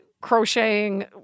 crocheting